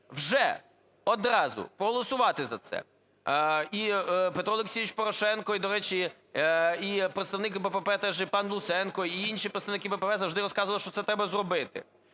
вже одразу, проголосувати за це і Петро Олексійович Порошенко, і, до речі, представник БПП і пан Луценко, і інші представники БПП завжди розказували, що це треба зробити.